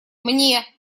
мне